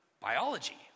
biology